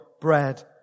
bread